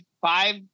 five